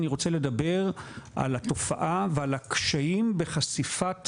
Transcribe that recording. אני רוצה לדבר על התופעה ועל הקשיים בחשיפת